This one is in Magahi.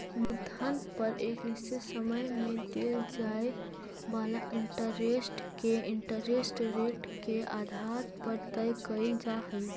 मूलधन पर एक निश्चित समय में देल जाए वाला इंटरेस्ट के इंटरेस्ट रेट के आधार पर तय कईल जा हई